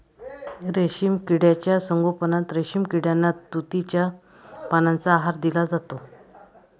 रेशीम किड्यांच्या संगोपनात रेशीम किड्यांना तुतीच्या पानांचा आहार दिला जातो